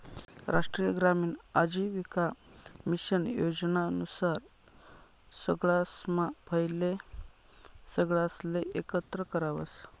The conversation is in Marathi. राष्ट्रीय ग्रामीण आजीविका मिशन योजना नुसार सगळासम्हा पहिले सगळासले एकत्र करावस